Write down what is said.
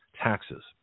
taxes